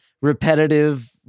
repetitive